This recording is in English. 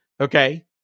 Okay